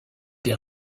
des